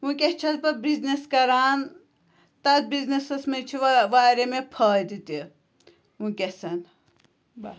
وٕنۍکٮ۪س چھَس بہٕ بِزنِس کَران تتھ بِزنِسَس منٛز چھُ وا واریاہ مےٚ فٲیدٕ تہِ وٕنۍکٮ۪س بہ